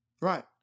Right